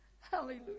Hallelujah